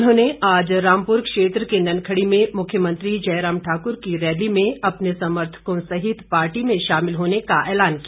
उन्होंने आज रामपुर क्षेत्र के ननखड़ी में मुख्यमंत्री जयराम ठाकुर की रैली में अपने समर्थकों सहित पार्टी में शामिल होने का ऐलान किया